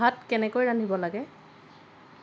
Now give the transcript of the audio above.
ভাত কেনেকৈ ৰান্ধিব লাগে